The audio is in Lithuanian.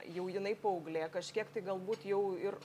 jau jinai paauglė kažkiek tai galbūt jau ir